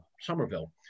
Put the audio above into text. Somerville